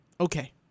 Okay